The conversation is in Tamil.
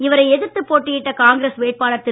இவரை எதிர்த்து போட்டியிட்ட காங்கிரஸ் வேட்பாளர் திரு